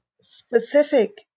specific